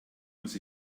muss